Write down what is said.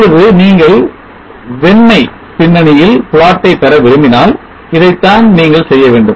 இப்பொழுது நீங்கள் வெண்மை பின்னணியில் பிளாட் ஐ பெற விரும்பினால் இதைத்தான் நீங்கள் செய்ய வேண்டும்